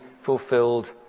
fulfilled